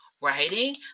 writing